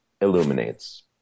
illuminates